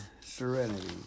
serenity